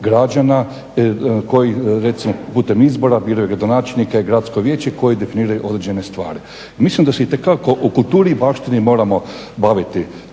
građana koji recimo putem izbora biraju gradonačelnika i gradsko vijeće koje definiraju određene stvari. Mislim da se itekako u kulturi i baštini moramo baviti